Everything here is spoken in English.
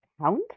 Count